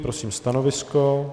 Prosím stanovisko.